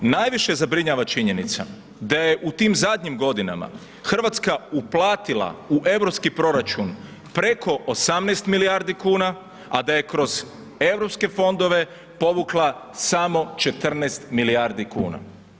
Najviše zabrinjava činjenica da je u tim zadnjim godinama Hrvatska uplatila u EU proračun preko 18 milijardi kuna, a da je kroz EU fondove povukla samo 14 milijardi kuna.